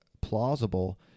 plausible